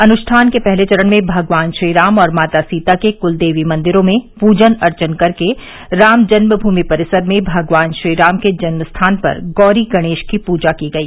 अनुष्ठान के पहले चरण में भगवान श्रीराम और माता सीता के कुलदेवी मंदिरों में पूजन अर्चन कर राम जन्मभूमि परिसर में भगवान श्रीराम के जन्मस्थान पर गौरी गणेश की पूजा की गई